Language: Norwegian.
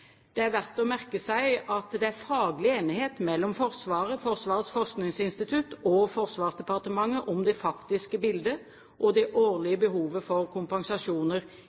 Det er verdt å merke seg at det er faglig enighet mellom Forsvaret, Forsvarets forskningsinstitutt og Forsvarsdepartementet om det faktiske bildet og det årlige behovet for kompensasjoner